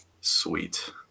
sweet